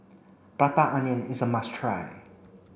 prata onion is a must try